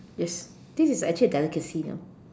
yes this is actually a delicacy you know